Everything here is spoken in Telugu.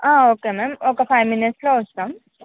ఆ ఓకే మ్యామ్ ఫైవ్ మినిట్స్లో వస్తాం